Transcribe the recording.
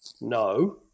no